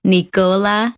Nicola